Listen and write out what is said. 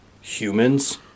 humans